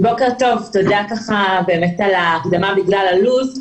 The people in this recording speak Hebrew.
טוב, תודה על ההקדמה "בגלל לוח הזמנים".